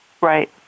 Right